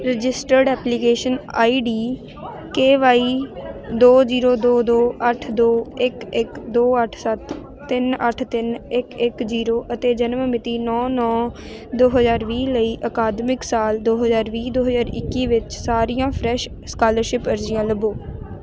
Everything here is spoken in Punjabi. registered application ID K Y ਦੋ ਜੀਰੋ ਦੋ ਦੋ ਅੱਠ ਦੋ ਇੱਕ ਇੱਕ ਦੋ ਅੱਠ ਸੱਤ ਤਿੰਨ ਅੱਠ ਤਿੰਨ ਇੱਕ ਇੱਕ ਜੀਰੋ ਅਤੇ ਜਨਮ ਮਿਤੀ ਨੌਂ ਨੌਂ ਦੋ ਹਜ਼ਾਰ ਵੀਹ ਲਈ ਅਕਾਦਮਿਕ ਸਾਲ ਦੋ ਹਜ਼ਾਰ ਵੀਹ ਦੋ ਹਜ਼ਾਰ ਇੱਕੀ ਵਿੱਚ ਸਾਰੀਆਂ ਫਰੈਸ਼ ਸਕਾਲਰਸ਼ਿਪ ਅਰਜ਼ੀਆਂ ਲੱਭੋ